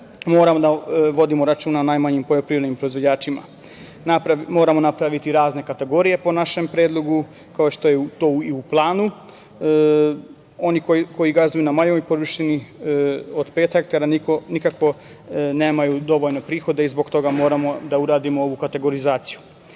da vodimo računa o najmanjim poljoprivrednim proizvođačima. Moramo napraviti razne kategorije po našem predlogu, kao što je to i u planu. Oni koji gazduju na manjoj površini nikako nemaju dovoljno prihoda i zbog toga moramo da uradimo ovu kategorizaciju. Smatramo